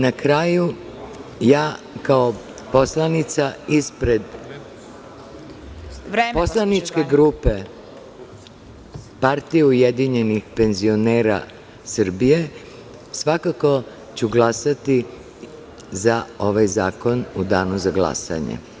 Na kraju, kao poslanica ispred poslaničke grupe Partije ujedinjenih penzionera Srbije, svakako ću glasati za ovaj zakon u danu za glasanje.